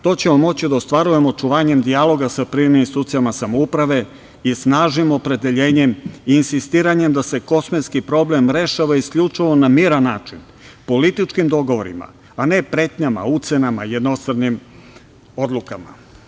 To ćemo moći da ostvarujemo očuvanjem dijaloga sa privremenim institucijama samouprave i snažnim opredeljenjem i insistiranjem da se kosmetski problem rešava isključivo na miran način, političkim dogovorima, a ne pretnjama, ucenama, jednostranim odlukama.